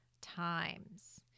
times